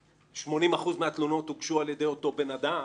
80% מהתלונות הוגשו על ידי אותו בן אדם.